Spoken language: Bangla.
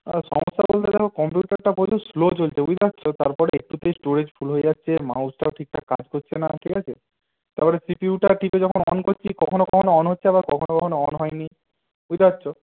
হ্যাঁ সমস্যা বলতে দেখো কম্পিউটারটা প্রচুর স্লো চলছে বুঝতে পারছ তারপর একটুতেই স্টোরেজ ফুল হয়ে যাচ্ছে মাউসটাও ঠিকঠাক কাজ করছে না ঠিক আছে তাপরে সিপিইউটা টিপে যখন অন করছি কখনো কখনো অন হচ্ছে আবার কখনো কখনো অন হয় না বুঝতে পারছো